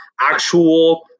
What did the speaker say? actual